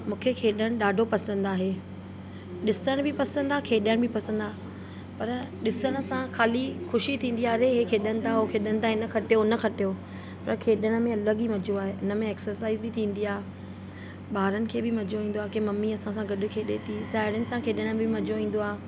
मूंखे खेॾण ॾाढो पसंदि आहे ॾिसण बि पसंदि आहे खेॾण बि पसंदि आहे पर ॾिसण सां ख़ाली ख़ुशी थींदी आहे अड़े इहे खेॾनि था उहो खेॾनि था हिन खटियो हुन खटियो त खेॾण में अलॻि ई मज़ो आहे हुन में एक्सरसाइज़ बि थींदी आहे ॿारनि खे बि मज़ो ईंदो आहे कि मम्मी असां सां गॾु खेॾे थी साहेड़ियुनि सां गॾु खेॾण में बि मज़ो ईंदो आहे